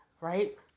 right